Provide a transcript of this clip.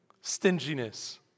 stinginess